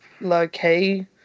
low-key